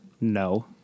no